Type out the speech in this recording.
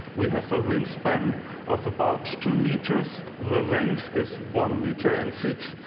we have a wingspan of about two meters. the length is one meter and six,